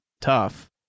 tough